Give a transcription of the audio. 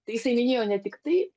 tai jisai minėjo ne tik tai